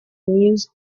news